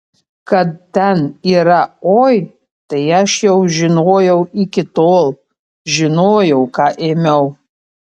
kad ten yra oi tai aš jau žinojau iki tol žinojau ką ėmiau